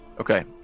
Okay